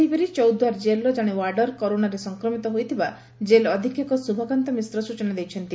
ସେହିପରି ଚୌଦ୍ୱାର ଜେଲ୍ର ଜଶେ ୱାର୍ଡର କରୋନାରେ ସଂକ୍ରମିତ ହୋଇଥିବା ଜେଲ୍ ଅଧୀକ୍ଷକ ଶୁଭକାନ୍ତ ମିଶ୍ର ସୂଚନା ଦେଇଛନ୍ତି